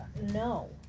No